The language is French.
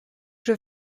que